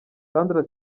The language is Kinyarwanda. sandra